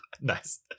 Nice